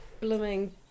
blooming